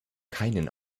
keinen